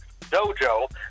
Dojo